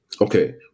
okay